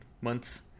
months